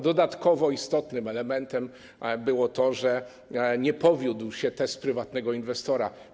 Dodatkowo istotnym elementem było to, że nie powiódł się test prywatnego inwestora.